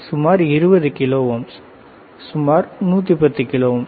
சுமார் 20 kilo ohms சுமார் 110 kilo ohms